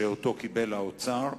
שאותו קיבל האוצר,